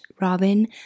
Robin